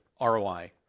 ROI